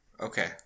Okay